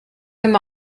them